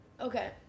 Okay